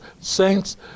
saints